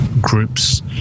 groups